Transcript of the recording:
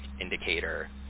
indicator